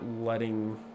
letting